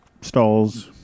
stalls